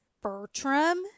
Bertram